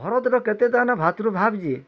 ଭରତର କେତେ ଦାନ ଭାତୃ ଭାବ ଯେ